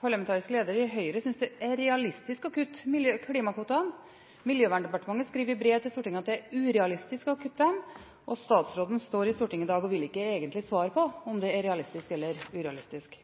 parlamentarisk leder i Høyre synes det er realistisk å kutte klimakvotene. Klima- og miljødepartementet skriver i brev til Stortinget at det er urealistisk å kutte dem, og statsråden står i Stortinget i dag og vil egentlig ikke svare på om det er realistisk eller urealistisk.